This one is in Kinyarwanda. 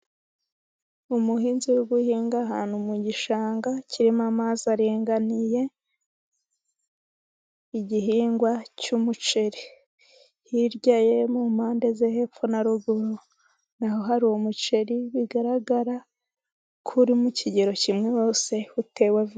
Umuhinzi uri guhinga ahantu mu gishanga kirimo amazi aringaniye, igihingwa cy'umuceri hiryaye mu mpande zo hepfo na ruguru naho hari umuceri bigaragara ko uri mu kigero kimwe wose utewe.